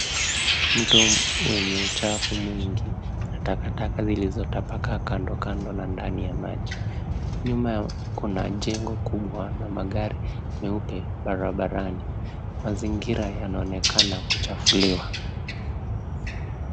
Mto wenye uchafu mwingi na takataka zilizotapakaa kando, kando na ndani ya maji. Nyuma kuna jengo kubwa na magari meupe barabarani. Mazingira yanaonekana kuchafuliwa.